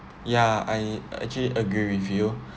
ya I actually agree with you